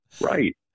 Right